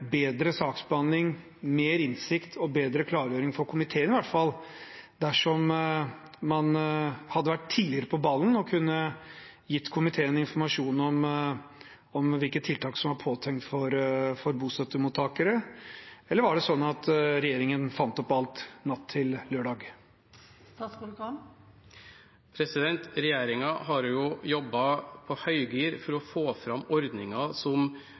bedre saksbehandling, mer innsikt og bedre klargjøring – for komiteen, i hvert fall – dersom man hadde vært tidligere på ballen og kunne gitt komiteen informasjon om hvilke tiltak som var påtenkt for bostøttemottakere? Eller var det sånn at regjeringen fant opp alt natt til lørdag? Regjeringen har jobbet på høygir for å få fram ordninger som